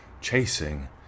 chasing